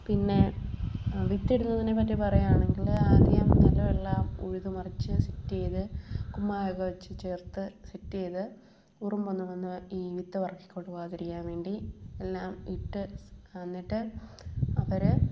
പിന്നെ വിത്തിടുന്നതിനെ പറ്റി പറയുവാണെങ്കിൽ ആദ്യം നിലം എല്ലാം ഉഴുതു മറിച്ച് സെറ്റ് ചെയ്ത് കുമ്മായം ഒക്കെ വെച്ച് ചേർത്ത് സെറ്റ് ചെയ്ത് ഉറുമ്പൊന്നും വന്ന് ഈ വിത്ത് പെറുക്കിക്കൊണ്ട് പോകാതിരിക്കാൻ വേണ്ടി എല്ലാം ഇട്ട് എന്നിട്ട് അവർ